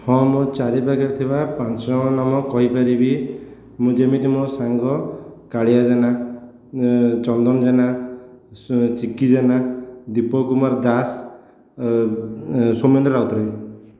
ହଁ ମୋ ଚାରିପାଖରେ ଥିବା ପାଞ୍ଚ ଜଣଙ୍କ ନାମ କହିପାରିବି ମୁଁ ଯେମିତି ମୋ ସାଙ୍ଗ କାଳିଆ ଜେନା ଚନ୍ଦନ ଜେନା ଚିକି ଜେନା ଦୀପକ କୁମାର ଦାସ ସୋମେନ୍ଦ୍ର ରାଉତରାଏ